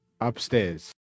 Upstairs